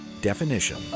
definition